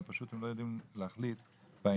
הם לא יודעים להחליט בעניין.